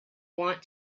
want